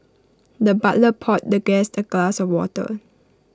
the butler poured the guest A glass of water